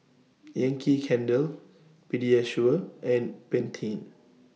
Yankee Candle Pediasure and Pantene